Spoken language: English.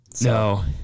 No